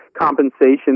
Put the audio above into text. compensation